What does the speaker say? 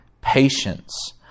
patience